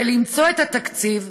ולמצוא את התקציב,